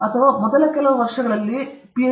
ಅಥವಾ ಮೊದಲ ಕೆಲವು ವರ್ಷಗಳಲ್ಲಿ Ph